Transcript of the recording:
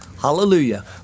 hallelujah